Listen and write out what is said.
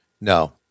no